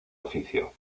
oficio